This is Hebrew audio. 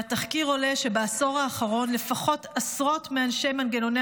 מהתחקיר עולה שבעשור האחרון לפחות עשרות מאנשי מנגנוני